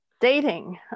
Dating